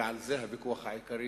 ועל זה הוויכוח העיקרי